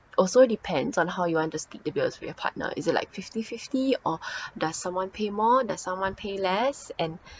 also depends on how you want to split the bills with your partner is it like fifty-fifty or does someone pay more does someone pay less and